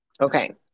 Okay